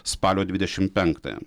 spalio dvidešimt penktąją